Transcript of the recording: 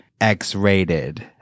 X-Rated